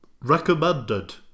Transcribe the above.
recommended